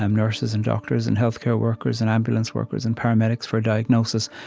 um nurses and doctors and healthcare workers and ambulance workers and paramedics for diagnosis.